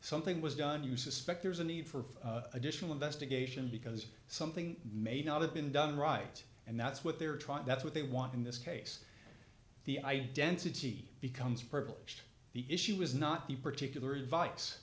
something was done you suspect there's a need for additional investigation because something may not have been done right and that's what they're trying that's what they want in this case the identity becomes privileged the issue is not the particular advice